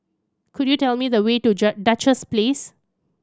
could you tell me the way to Duchess Place